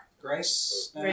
Grace